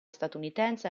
statunitense